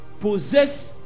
possess